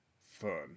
fun